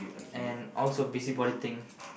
and also busybody thing